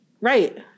right